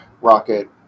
Rocket